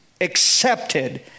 accepted